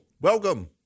Welcome